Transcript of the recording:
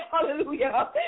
Hallelujah